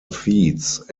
feeds